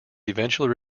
eventually